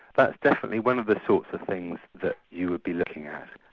that's definitely one of the sorts of things that you would be looking at.